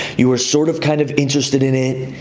you were sort of kind of interested in it.